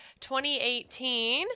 2018